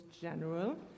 General